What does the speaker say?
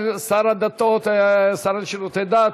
סגן ראש רשות ברשות מעורבת),